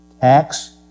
tax